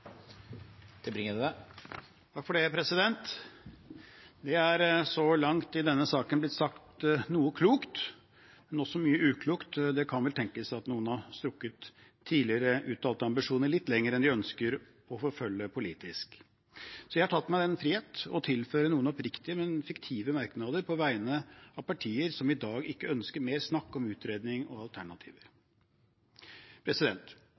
så langt i denne saken blitt sagt noe klokt, men også mye uklokt. Det kan vel tenkes at noen har strukket tidligere uttalte ambisjoner litt lenger enn de ønsker å forfølge politisk, så jeg har tatt meg den frihet å tilføre noen oppriktige, men fiktive merknader på vegne av partier som i dag ikke ønsker mer snakk om utredning og alternativer: